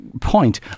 point